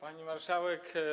Pani Marszałek!